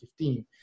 2015